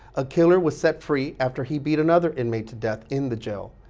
a killer was set free after he beat another inmate to death in the jail.